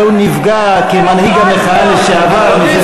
אבל הוא נפגע כמנהיג המחאה לשעבר מזה,